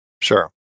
Sure